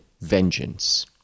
vengeance